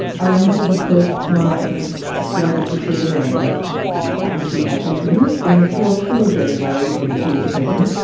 i remember the first time that i went to see amanda after she had had the twins. and of course we were very worried when she was pregnant,